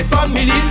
family